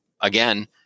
again